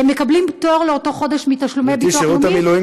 הם מקבלים פטור לאותו חודש מתשלומי ביטוח לאומי,